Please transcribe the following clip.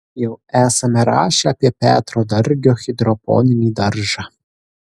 jau esame rašę apie petro dargio hidroponinį daržą